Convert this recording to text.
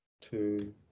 two